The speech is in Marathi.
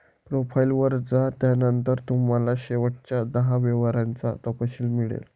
प्रोफाइल वर जा, त्यानंतर तुम्हाला शेवटच्या दहा व्यवहारांचा तपशील मिळेल